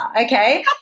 okay